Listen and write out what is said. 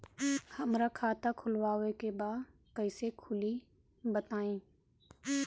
हमरा खाता खोलवावे के बा कइसे खुली बताईं?